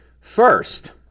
first